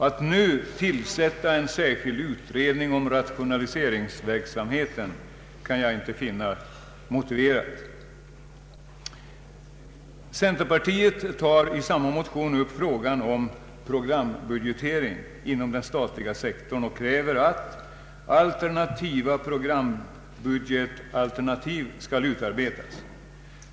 Att nu tillsätta en särskild utredning om rationaliseringsverksamheten kan jag inte finna motiverad. Centerpartiet tar i samma motion upp frågan om programbudgetering inom den statliga sektorn och kräver att ”alternativa programbudgetalternativ” skall utarbetas.